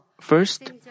First